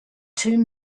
two